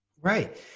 Right